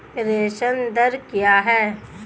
प्रेषण दर क्या है?